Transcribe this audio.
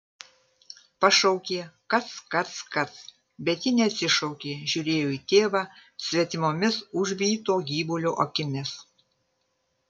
pašaukė kac kac kac bet ji neatsišaukė žiūrėjo į tėvą svetimomis užvyto gyvulio akimis